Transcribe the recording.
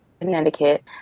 Connecticut